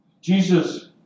Jesus